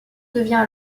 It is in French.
devient